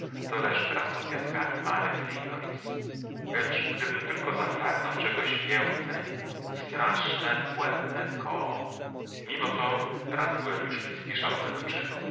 leży teraz pod piaskami mare frigoris lecz gdybym tylko zapragnął czegoś więcej straszne błędne koło mimo to raz byłem już blizki szalonego czynu